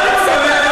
מה זה "מקום אחר"?